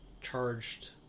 charged